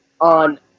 on